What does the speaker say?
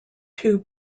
two